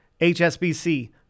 HSBC